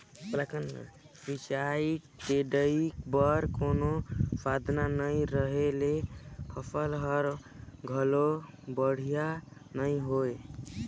सिंचई टेड़ई बर कोनो साधन नई रहें ले फसल हर घलो बड़िहा नई होय